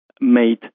made